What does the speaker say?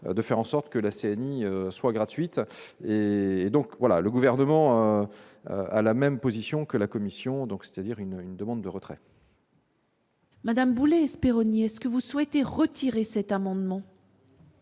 de faire en sorte que la CENI soit gratuite et donc voilà le gouvernement à la même position que la Commission, donc c'est-à-dire une une demande de retrait. Madame Boulet s'Peroni est-ce que vous souhaitez retirer cet amendement.